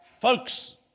Folks